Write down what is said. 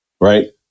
right